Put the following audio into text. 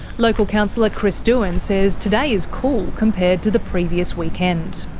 local councillor chris doohan says today is cool compared to the previous weekend.